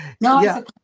No